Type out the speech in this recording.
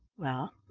well,